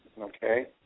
Okay